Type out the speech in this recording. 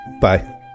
Bye